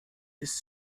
ist